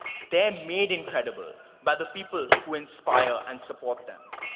they're made incredible by the people who inspire and support them.